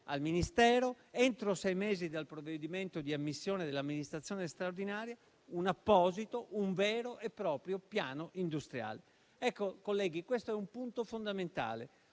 al Ministero, entro sei mesi dal provvedimento di ammissione dell'amministrazione straordinaria, un apposito vero e proprio piano industriale. Colleghi, questo è un punto fondamentale.